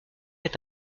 est